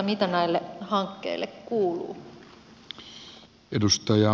mitä näille hankkeille kuuluu